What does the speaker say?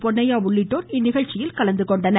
பொன்னையா உள்ளிட்டோர் இதில் கலந்து கொண்டனர்